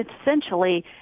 essentially –